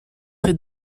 près